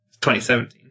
2017